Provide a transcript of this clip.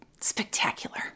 spectacular